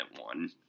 one